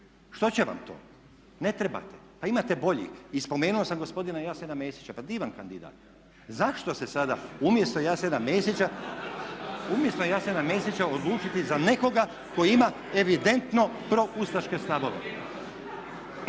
Što će vam to? Ne trebate. Pa imate boljih. I spomenuo sam gospodina Jasena Mesića, pa divan kandidat. Zašto se sada umjesto Jasena Mesića odlučiti za nekoga tko ima evidentno proustaške stavove.